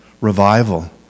revival